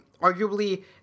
arguably